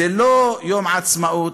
זה לא יום עצמאות.